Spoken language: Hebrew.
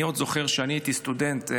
אני זוכר שכשאני הייתי סטודנט,